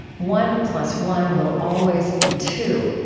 one plus one will always be two.